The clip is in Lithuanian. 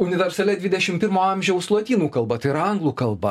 universalia dvidešim pirmo amžiaus lotynų kalba tai yra anglų kalba